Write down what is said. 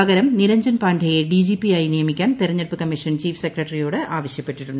pucker Niranjan പാണ്ഡേയെ DGP ആയി നിയമിക്കാൻ തെരുഐഞ്ഞെടുപ്പ് കമ്മീഷൻ ചീഫ് സെക്രട്ടറിയോട് ആവശ്യപ്പെട്ടു